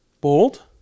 Bold